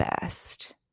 best